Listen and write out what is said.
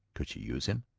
could she use him?